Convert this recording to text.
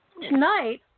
tonight